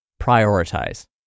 prioritize